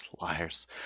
liars